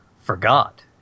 forgot